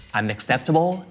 unacceptable